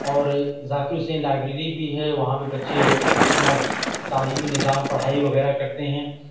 اور ذاکر حسین لائبریری بھی ہے وہاں پہ بچے اپنا تعلیمی نظام پڑھائی وغیرہ کرتے ہیں